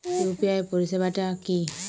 UPI পরিসেবাটা কি?